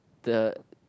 the